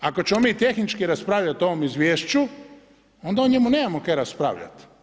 Ako ćemo mi tehnički raspravljati o ovom izvješću, onda o njemu nemamo kaj raspravljat.